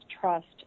trust